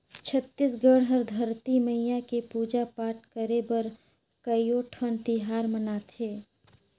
छत्तीसगढ़ हर धरती मईया के पूजा पाठ करे बर कयोठन तिहार मनाथे